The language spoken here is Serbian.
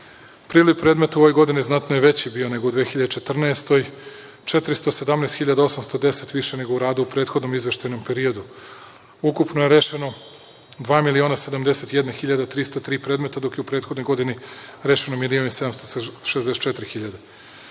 Priliv predmeta u ovoj godini znatno je veći bio neko 2014. godine, 417.810 više nego u prethodnom izveštajnom periodu. Ukupno je rešeno 2.071.303 predmeta, dok je u prethodnoj godini rešeno 1.764.000.